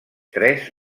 tres